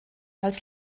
als